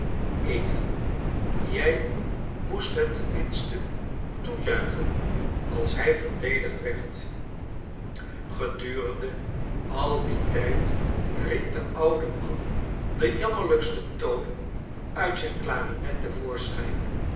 anny jij moest het ten minste toejuichen als hij verdedigd werd g-edurende al dien tijd riep de oude man de jammerlijkste tonen uit zijn j clarinet